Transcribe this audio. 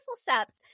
Steps